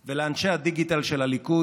לאנשי הדיגיטל של הליכוד